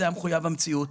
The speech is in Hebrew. זה היה מחויב המציאות.